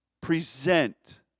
present